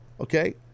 Okay